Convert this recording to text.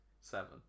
seven